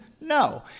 no